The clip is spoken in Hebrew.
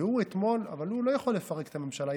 והוא אתמול, אבל הוא לא יכול לפרק את הממשלה.